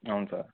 అవును సార్